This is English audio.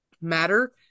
matter